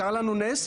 קרה לנו נס.